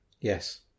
yes